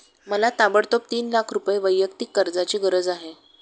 मला ताबडतोब तीन लाख रुपये वैयक्तिक कर्जाची गरज आहे